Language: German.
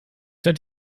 hätte